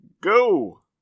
go